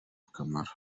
akamaro